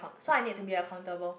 so I need to be accountable